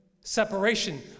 separation